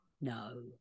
no